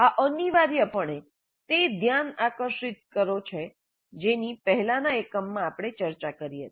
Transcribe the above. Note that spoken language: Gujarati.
આ અનિવાર્યપણે તે ધ્યાન આકર્ષિત કરો છે જેની પહેલાના એકમમાં આપણે ચર્ચા કરી હતી